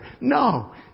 No